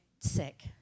sick